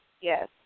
yes